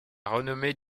renommée